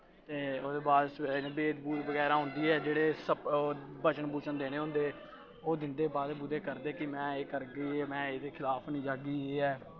ते ओह्दे बाद च बेद बूद बगैरा होंदी ऐ जेह्ड़े स बचन बूचन देने होंदे ओह् दिंदे बादे बूदे करदे कि में एह् करगी मैं एह्दे खलाफ निं जाह्गी